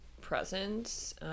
presence